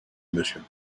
monsieur